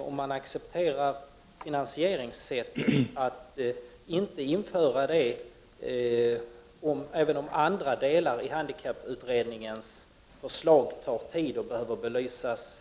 Om man accepterar finansieringssättet, finns det egentligen ingen anled ning att inte införa det — även om andra delar av handikapputredningens för — Prot. 1989/90:30 slag tar tid och behöver belysas